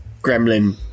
gremlin